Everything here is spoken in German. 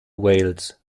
wales